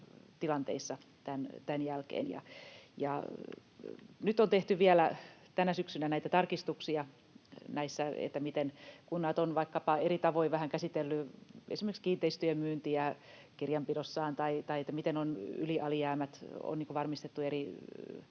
tilanteissa tämän jälkeen. Nyt on tehty vielä tänä syksynä näitä tarkistuksia, miten kunnat ovat vaikkapa vähän eri tavoin käsitelleet esimerkiksi kiinteistöjen myyntiä kirjanpidossaan tai miten on yli- tai alijäämät varmistettu eri